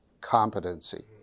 competency